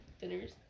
dinners